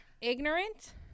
ignorant